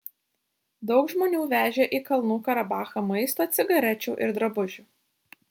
daug žmonių vežė į kalnų karabachą maisto cigarečių ir drabužių